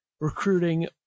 recruiting